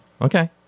Okay